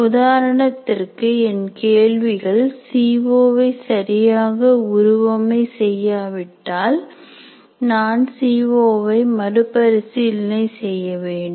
உதாரணத்திற்கு என் கேள்விகள் சிஓ வை சரியாக உருவமை செய்யாவிட்டால் நான் சிஓ வை மறுபரிசீலனை செய்ய வேண்டும்